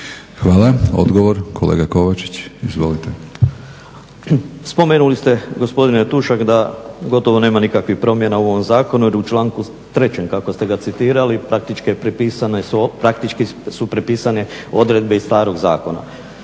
Hvala. Odgovor, kolega Kovačić. Izvolite. **Kovačić, Borislav (SDP)** Spomenuli ste gospodine Tušak da gotovo nema nikakvih promjena u ovom zakonu jer u članku 3. kako ste ga citirali praktički su prepisane odredbe iz starog zakona.